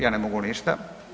Ja ne mogu ništa.